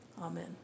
Amen